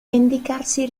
vendicarsi